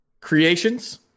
creations